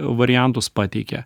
variantus pateikia